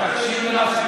אבל תקשיב למה,